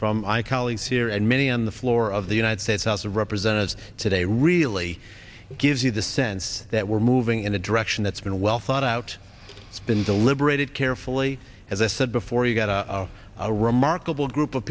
from my colleagues here and many on the floor of the united states house of representatives today really gives you the sense that we're moving in a direction that's been well thought out than deliberated carefully as i said before you've got a remarkable group of